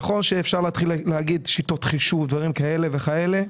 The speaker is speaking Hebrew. נכון שאפשר להתחיל להגיד שיטות חישוב ודברים כאלה וכאלה,